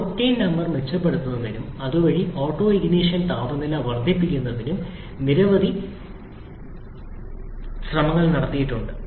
ഈ octane number മെച്ചപ്പെടുത്തുന്നതിനും അതുവഴി ഓട്ടൊണിഷൻ താപനില വർദ്ധിപ്പിക്കുന്നതിനും നിരവധി ശ്രമങ്ങൾ നടന്നിട്ടുണ്ട്